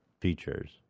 features